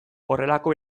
horrelako